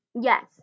Yes